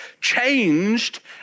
changed